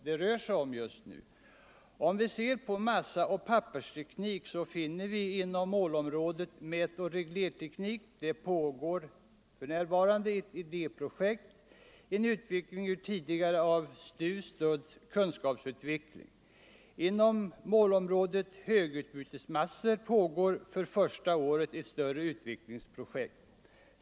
Beträffande massaoch pappersteknik pågår inom målområdet mätoch reglerteknik ett idéprojekt, en utveckling ur tidigare av STU stödd kunskapsutveckling. Inom målområdet högutbytesmassor pågår för första året ett större utvecklingsprojekt.